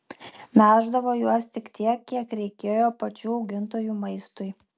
melždavo juos tik tiek kiek reikėjo pačių augintojų maistui